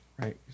Right